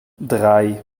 drei